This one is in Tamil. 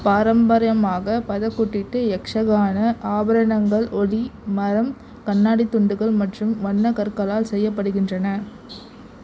பாரம்பரியமாக பதகுட்டிட்டு யக்ஷகானா ஆபரணங்கள் ஒளி மரம் கண்ணாடித் துண்டுகள் மற்றும் வண்ணக் கற்களால் செய்யப்படுகின்றன